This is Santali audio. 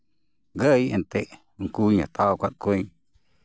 ᱜᱟᱹᱭ ᱮᱱᱛᱮᱫ ᱩᱱᱠᱩ ᱦᱚᱸ ᱦᱟᱛᱟᱣ ᱟᱠᱟᱫ ᱠᱚᱣᱟᱧ